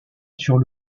sur